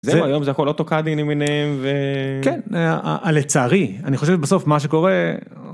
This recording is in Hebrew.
זהו, היום זה הכל אוטוקאדים למיניהם? כן, לצערי, אני חושב שבסוף מה שקורה